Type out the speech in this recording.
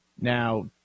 now